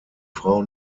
frau